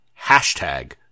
Hashtag